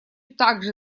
также